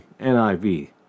NIV